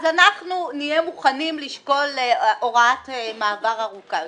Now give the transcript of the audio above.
אזי אנחנו נהיה מוכנים לשקול הוראת מעבר ארוכה יותר.